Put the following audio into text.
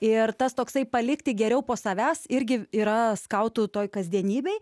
ir tas toksai palikti geriau po savęs irgi yra skautų toj kasdienybėj